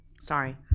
Sorry